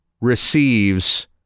receives